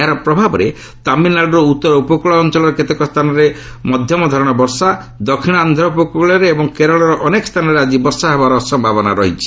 ଏହାର ପ୍ରଭାବରେ ତାମିଲନାଡୁର ଉତ୍ତର ଉପକୂଳ ଅଞ୍ଚଳର କେତେକ ସ୍ଥାନରେ ମଧ୍ୟମଧରଣର ବର୍ଷା ଦକ୍ଷିଣ ଆନ୍ଧ୍ର ଉପକୂଳରେ ଏବଂ କେରଳର ଅନେକ ସ୍ଥାନରେ ଆଜି ବର୍ଷା ହେବାର ସମ୍ଭାବନା ଅଛି